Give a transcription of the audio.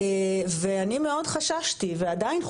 ואני מאוד חששתי ועדיין חוששת,